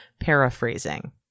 paraphrasing